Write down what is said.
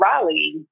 Raleigh